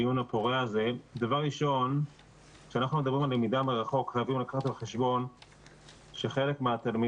דחופים אבל איכשהו הם לא כאלה שעושים כותרות למרות שכרגע הם נורא